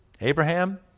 Abraham